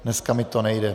Dneska mi to nejde.